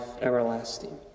everlasting